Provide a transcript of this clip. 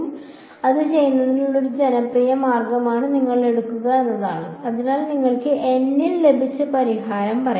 അതിനാൽ അത് ചെയ്യുന്നതിനുള്ള ഒരു ജനപ്രിയ മാർഗം നിങ്ങൾ എടുക്കുക എന്നതാണ് അതിനാൽ നിങ്ങൾക്ക് N ൽ നിന്ന് ലഭിച്ച പരിഹാരം പറയാം